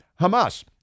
Hamas